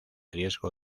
riesgo